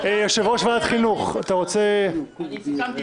יושב-ראש ועדת חינוך, אתה רוצה לומר